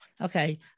okay